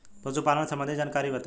पशुपालन सबंधी जानकारी बताई?